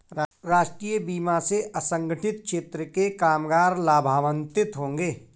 राष्ट्रीय बीमा से असंगठित क्षेत्र के कामगार लाभान्वित होंगे